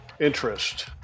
interest